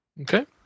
Okay